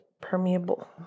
permeable